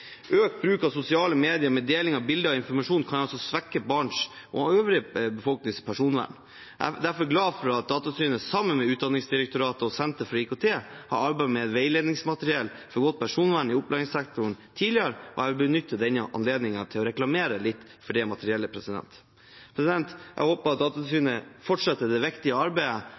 Økt bruk av sosiale medier med deling av bilder og informasjon kan svekke barns – og også den øvrige befolkningens – personvern. Jeg er derfor glad for at Datatilsynet sammen med Utdanningsdirektoratet og Senter for IKT i utdanningen har arbeidet med et veiledningsmateriell for godt personvern i opplæringssektoren tidligere, og jeg vil benytte denne anledningen til å reklamere litt for det materiellet. Jeg håper at Datatilsynet fortsetter med det viktige arbeidet